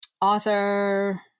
Author